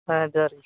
ᱦᱮᱸ ᱡᱚᱦᱟᱨ ᱜᱮ